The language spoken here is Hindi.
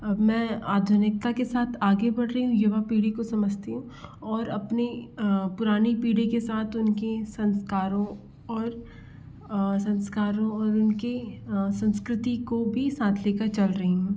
मैं आधुनिकता के साथ आगे बढ़ रही हूँ युवा पीढ़ी को समझती हूँ और अपनी पुरानी पीढ़ी के साथ उनके संस्कारों और संस्कारों और उनकी संस्कृति को भी साथ ले कर चल रही हूँ